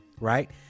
Right